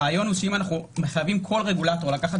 הרעיון הוא שאם אנחנו מחייבים כל רגולטור לקחת